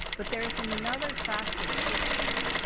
but there's another facet of this time,